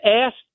asked